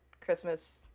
Christmas